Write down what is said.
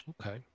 Okay